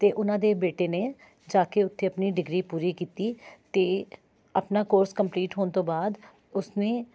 ਅਤੇ ਉਹਨਾਂ ਦੇ ਬੇਟੇ ਨੇ ਜਾ ਕੇ ਉੱਥੇ ਆਪਣੀ ਡਿਗਰੀ ਪੂਰੀ ਕੀਤੀ ਅਤੇ ਆਪਣਾ ਕੋਰਸ ਕੰਪਲੀਟ ਹੋਣ ਤੋਂ ਬਾਅਦ ਉਸ ਨੇ